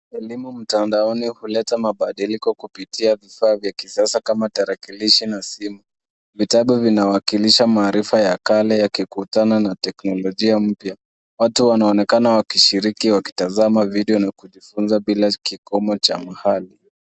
Elimu mtandaoni huleta mabadiliko kupitia vifaa vya kisasa kama tarakilishi na simu. Vitago vinawakilisha maarifa ya kale yakikutana na teknolojia mpya. Wote wanaonekana wakishiriki wakitazama video na kujifunza bila kikomo cha mahali.